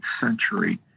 century